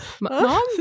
Mom